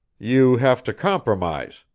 you have to compromise,